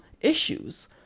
issues